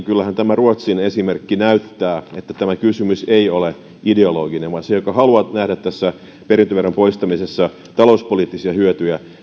kyllähän tämä ruotsin esimerkki kaikesta huolimatta näyttää että tämä kysymys ei ole ideologinen vaan se joka haluaa nähdä tässä perintöveron poistamisessa talouspoliittisia hyötyjä